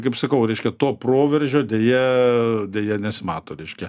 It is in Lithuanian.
kaip sakau reiškia to proveržio deja deja nesimato reiškia